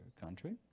country